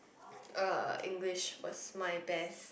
uh English was my best